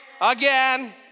again